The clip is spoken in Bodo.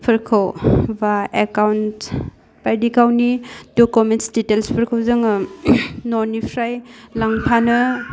फोरखौ बा एकाउन्टस बायदि गावनि दकुमेन्टस दिटेल्सफोरखौ जोङो न'निफ्राय लांफानो